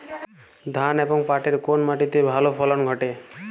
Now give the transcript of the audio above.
ধান এবং পাটের কোন মাটি তে ভালো ফলন ঘটে?